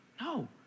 No